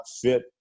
fit